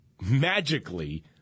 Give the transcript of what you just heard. magically